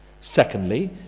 secondly